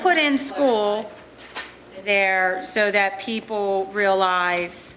put in school there so that people realize